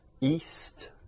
east